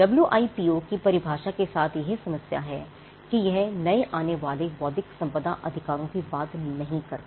W I P O की परिभाषा के साथ यह समस्या है कि यह नए आने वाले बौद्धिक संपदा अधिकारों की बात नहीं करता